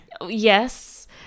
yes